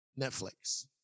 Netflix